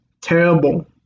terrible